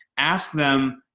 ask them,